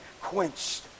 quenched